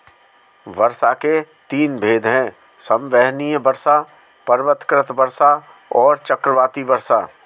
वर्षा के तीन भेद हैं संवहनीय वर्षा, पर्वतकृत वर्षा और चक्रवाती वर्षा